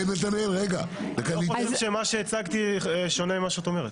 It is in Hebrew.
אני חושב שמה שהצגתי שונה ממה שאת אומרת.